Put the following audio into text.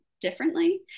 differently